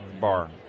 bar